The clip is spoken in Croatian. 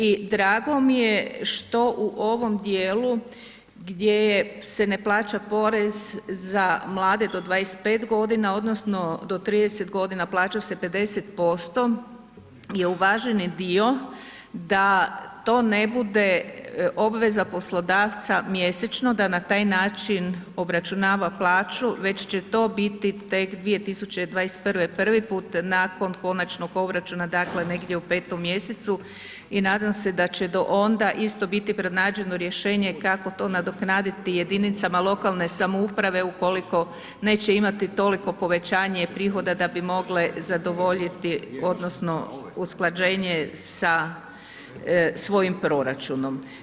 I drago mi je što u ovom dijelu gdje je, se ne plaća porez za mlade do 25.g. odnosno do 30.g. plaća se 50% je uvaženi dio da to ne bude obveza poslodavca mjesečno, da na taj način obračunava plaću, već će to biti tek 2021. prvi put nakon konačnog obračuna, dakle negdje u 5. mjesecu i nadam se da će do onda isto biti pronađeno rješenje kako to nadoknaditi jedinicama lokalne samouprave ukoliko neće imati toliko povećanje prihoda da bi mogle zadovoljiti odnosno usklađenje sa svojim proračunom.